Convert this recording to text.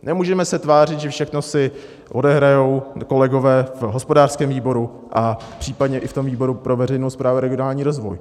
Nemůžeme se tvářit, že všechno si odehrají kolegové v hospodářském výboru a případně i v tom výboru pro veřejnou správu a regionální rozvoj.